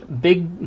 Big